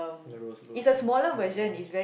the rose alone ya